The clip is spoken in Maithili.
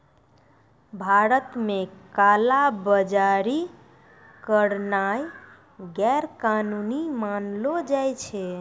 भारत मे काला बजारी करनाय गैरकानूनी मानलो जाय छै